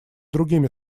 другими